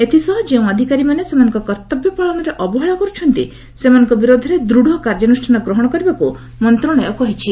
ଏଥିସହ ଯେଉଁ ଅଧିକାରୀମାନେ ସେମାନଙ୍କ କର୍ତ୍ତବ୍ୟ ପାଳନରେ ଅବହେଳା କରୁଛନ୍ତି ସେମାନଙ୍କ ବିରୋଧରେ ଦୃଢ଼ କାର୍ଯ୍ୟାନୁଷାନ ଗ୍ରହଣ କରିବାକୁ ମନ୍ତ୍ରଣାଳୟ କହିଛି